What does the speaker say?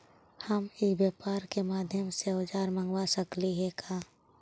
हम ई व्यापार के माध्यम से औजर मँगवा सकली हे का?